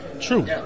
True